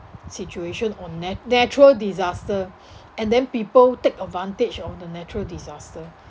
situation or na~ natural disaster and then people take advantage of the natural disaster